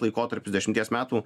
laikotarpis dešimties metų